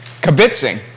Kabitzing